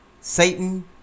Satan